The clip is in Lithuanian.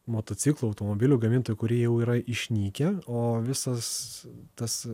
motociklų automobilių gamintojų kurie jau yra išnykę o visas tas